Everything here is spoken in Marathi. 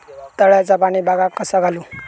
तळ्याचा पाणी बागाक कसा घालू?